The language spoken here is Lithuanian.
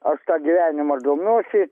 aš tą gyvenimą domiuosi